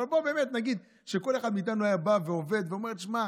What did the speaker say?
אבל בואו נגיד שכל אחד מאיתנו היה בא ועובד ואומר: תשמע,